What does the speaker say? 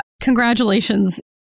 congratulations